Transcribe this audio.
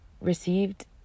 received